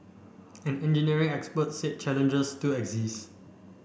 an engineering expert said challenges still exist